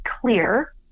clear